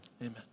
Amen